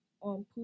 on